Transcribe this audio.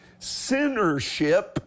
Sinnership